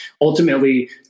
ultimately